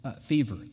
fever